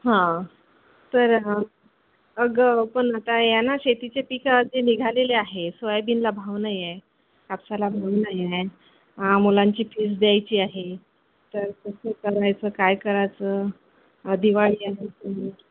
हां तर अगं पण आता या ना शेतीचे पिकं जे निघालेले आहे सोयाबीनला भाव नाही आहे कापसाला भाव नाही आहे मुलांची फीज द्यायची आहे तर कसं करायचं काय करायचं दिवाळी आली